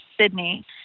Sydney